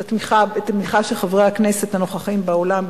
את התמיכה של חברי הכנסת הנוכחים באולם,